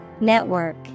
Network